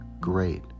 Great